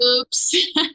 oops